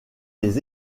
les